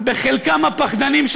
בחלקם הפחדנים,